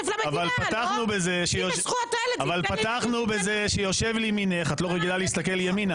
פתחנו בזה שיושב לימינך את לא רגילה להסתכל ימינה